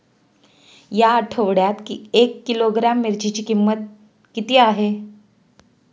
या आठवड्यात एक किलोग्रॅम मिरचीची किंमत किती आहे?